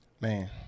man